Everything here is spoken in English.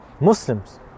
Muslims